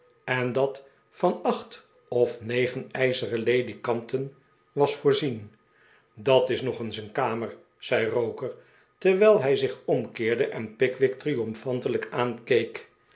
en dat van acht of negen ijzeren ledikanten was voorzien dat is nog eens een kamer zei roker terwijl hij zich omkeerde en pickwick triomfantelijk aankeek